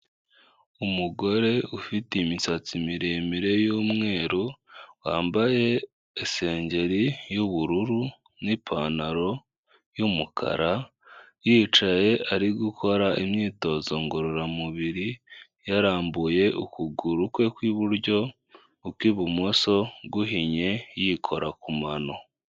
Umugore ufite imisatsi miremire y'umweru, wambaye isengeri y'ubururu, n'ipantaro y'umukara, yicaye ari gukora imyitozo ngororamubiri, yarambuye ukuguru kwe kw'iburyo, ukw'ibumoso guhinnye yikora ku mano.